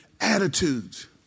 Attitudes